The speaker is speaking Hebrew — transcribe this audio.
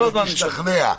-- אם תקשיב גם תשתכנע,